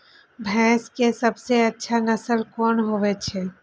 भैंस के सबसे अच्छा नस्ल कोन होय छे?